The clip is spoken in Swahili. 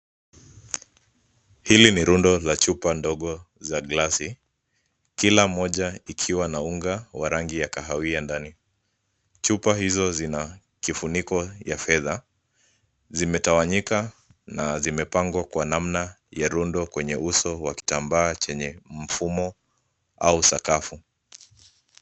Hili ni rundo la chupa ndogo za gilasi, kila moja ikiwa na unga wa rangi ya kahawia ndani. Chupa hizo zina kifuniko ya fedha, zimetawanyika na zimepangwa kwa namna ya rundo kwenye uso wa kitambaa chenye mfumo au sakafu.